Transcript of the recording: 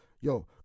Yo